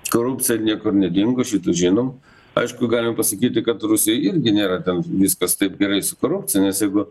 korupcija niekur nedingo šitą žinom aišku galim pasakyti kad rusijoj irgi nėra ten viskas taip gerai su korupcija nes jeigu